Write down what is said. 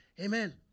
Amen